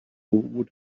would